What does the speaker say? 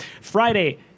Friday